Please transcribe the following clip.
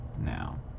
now